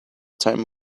time